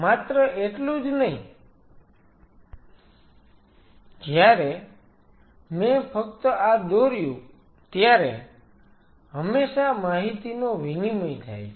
માત્ર એટલું જ નહીં જ્યારે મેં ફક્ત આ દોર્યું ત્યારે ત્યાં હંમેશા માહિતીનો વિનિમય થાય છે